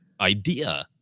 idea